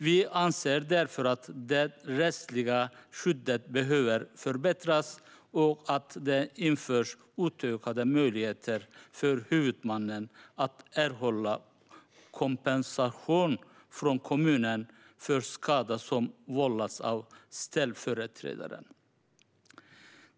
Vi anser därför att det rättsliga skyddet behöver förbättras och att det ska införas utökade möjligheter för huvudmannen att erhålla kompensation från kommunen för skada som vållats av ställföreträdaren.